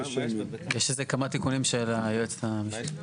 יש איזה כמה תיקונים של היועצת המשפטית.